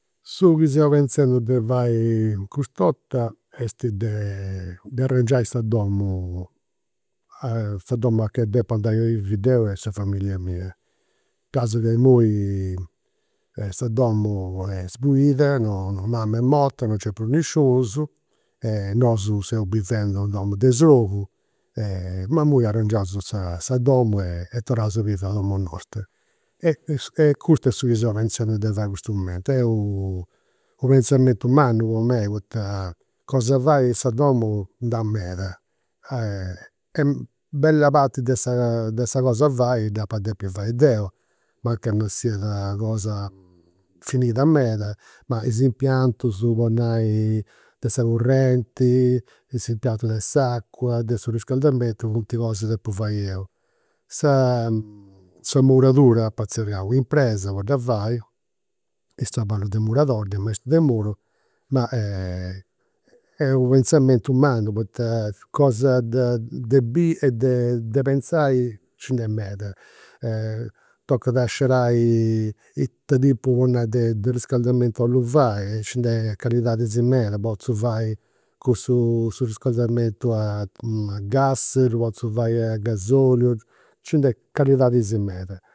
Su chi seu pentzendi de fai cust'orta est de de de arrangiai sa domu sa domu a che depu andai a bivi deu e sa familia mia. Gasi che imui sa domu est sbuida, non, mama est morta, non nc'est prus nisciunus e nosu seus bivendi in domu de srogu e, ma arrangiaus sa domu e torraus a bivi a domu nostra. E e custu est su chi seu pentzendi de fai in custu momentu. Est u u' pentzamentu mannu po mei poita cosa 'e fai in sa domu nd'at meda. Bella parti de sa, de sa cos'e fai dd'apa depi fai deu, mancai non siat cosa finida meda, ma is impiantus, po nai, de sa currenti, s'impiantu de s'acua, de su riscaldamentu funt cosas chi fai 'eu. Sa sa muradura apa zerriai u' impresa po dda fai, is traballus de muradoris, de maistus de muru, ma è est u' penzamentu mannu poita cosas de biri e de pentzai nci nd'est meda. Toccat a scerai ita tipu, po nai, de de riscaldamentu 'ollu fai e nci nd'est callidadis medas. Potzu fai cussu, su riscaldamentu a a gas, ddu potzu fai a gasoliu, nci nd'at callidadis meda